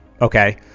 Okay